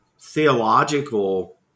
theological